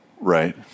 Right